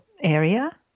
area